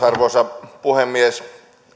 arvoisa puhemies